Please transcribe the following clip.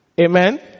Amen